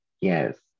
Yes